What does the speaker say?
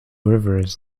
rivers